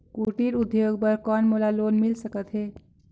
कुटीर उद्योग बर कौन मोला लोन मिल सकत हे?